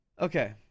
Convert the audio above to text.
Okay